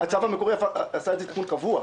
הצו המקורי עשה את זה תיקון קבוע.